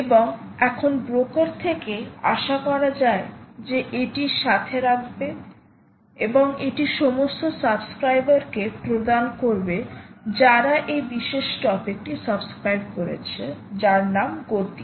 এবং এখন ব্রোকার থেকে আশা করা যায় যে এটি সাথে রাখবে এবং এটি সমস্ত সাবস্ক্রাইবারকে প্রদান করবে যারা এই বিশেষ টপিকটি সাবস্ক্রাইব করেছে যার নাম গতি